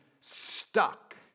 stuck